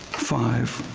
five.